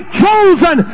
chosen